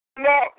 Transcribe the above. No